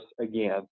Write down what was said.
again